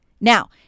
Now